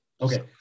Okay